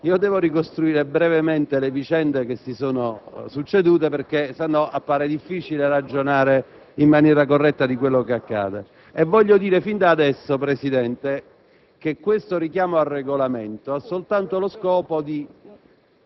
Devo ricostruire brevemente le vicende che si sono succedute, altrimenti appare difficile ragionare in maniera corretta di quel che accade. Voglio fin da adesso dire, signor Presidente, che questo richiamo al Regolamento ha soltanto lo scopo di